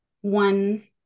one